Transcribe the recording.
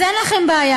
אז אין לכם בעיה,